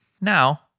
now